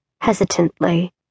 Hesitantly